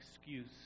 excuse